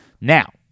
Now